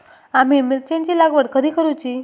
आम्ही मिरचेंची लागवड कधी करूची?